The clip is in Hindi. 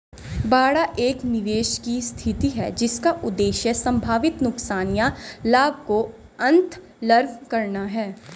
बाड़ा एक निवेश की स्थिति है जिसका उद्देश्य संभावित नुकसान या लाभ को अन्तर्लम्ब करना है